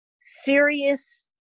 serious